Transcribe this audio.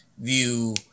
view